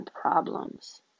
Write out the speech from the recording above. problems